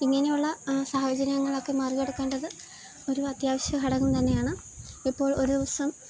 ഇങ്ങനെയുള്ള സാഹചര്യങ്ങളൊക്കെ മറികടക്കേണ്ടത് ഒരു അത്യാവശ്യ ഘടകം തന്നെയാണ് ഇപ്പോൾ ഒരു ദിവസം